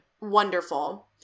Wonderful